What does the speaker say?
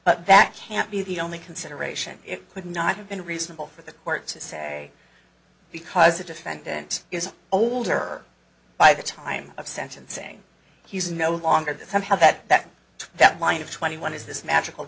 but that can't be the only consideration it would not have been reasonable for the court to say because the defendant is older by the time of sentencing he's no longer that somehow that that that line of twenty one is this magical